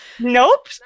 Nope